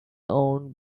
owned